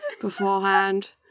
beforehand